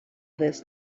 this